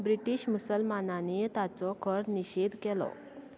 British मुसलमानांनी ताचो खर निशेध केलो